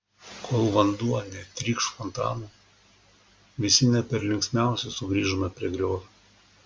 kol vanduo netrykš fontanu visi ne per linksmiausi sugrįžome prie griovio